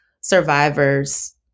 survivors